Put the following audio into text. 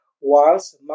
whilst